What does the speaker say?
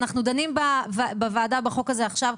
אנחנו דנים בוועדה בחוק הזה עכשיו.